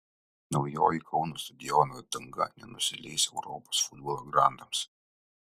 naujoji kauno stadiono danga nenusileis europos futbolo grandams